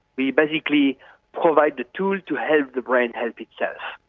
we basically provide the tools to help the brain help itself,